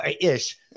ish